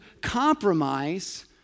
compromise